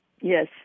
Yes